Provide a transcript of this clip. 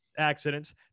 accidents